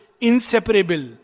inseparable